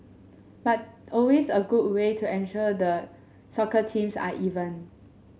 but always a good way to ensure the soccer teams are even